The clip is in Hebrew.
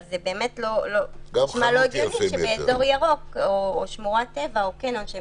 -- אז זה באמת נשמע לא הגיוני ששמורת טבע או קניון שהם